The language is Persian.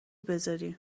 بذاریم